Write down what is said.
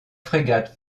frégates